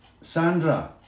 Sandra